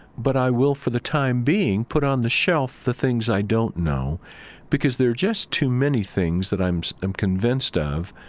but i will, for the time being, put on the shelf the things i don't know because there are just too many things that i'm, i'm convinced of,